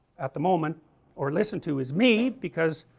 at the moment or listen to is me because,